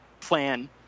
plan